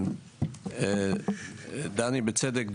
בצדק,